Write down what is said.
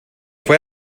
fue